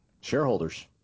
Shareholders